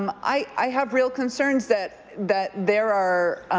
um i have real concerns that that there are